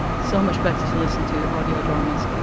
so much better to listen to audio dramas.